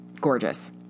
gorgeous